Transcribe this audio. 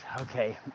okay